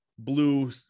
blue